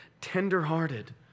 tenderhearted